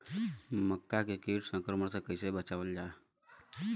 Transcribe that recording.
मक्का के कीट संक्रमण से कइसे बचावल जा?